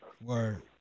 word